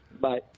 Bye